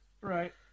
Right